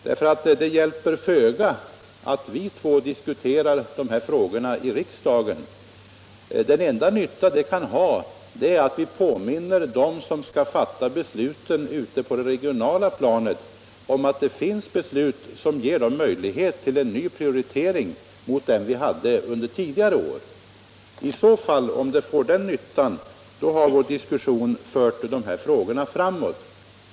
Den enda nytta det kan ha att vi två diskuterar dessa frågor i riksdagen är att vi påminner dem som skall fatta besluten ute på det regionala planet om att det finns beslut som ger dem möjlighet till en ny prioritering i förhållande till dem vi hade under tidigare år. Om den får den nyttan, har vår diskussion fört dessa frågor framåt.